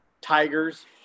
tigers